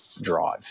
drive